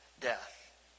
death